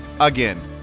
again